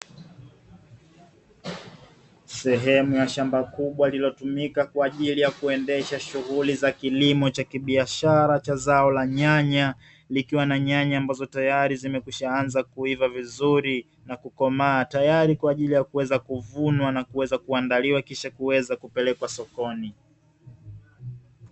Sehemu ya shamba kubwa lililotumika kwa ajili ya kuendesha shughuli za kilimo cha kibiashara cha zao la nyanya likiwa na nyanya ambazo tayari zimekwisha anza kuiva vizuri na kukomaa tayari kwa ajili ya kuweza kuvunwa na kuweza kuandaliwa kisha kuweza kupelekwa sokoni.